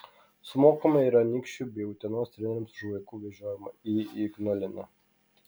sumokame ir anykščių bei utenos treneriams už vaikų vežiojimą į ignaliną